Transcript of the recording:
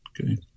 okay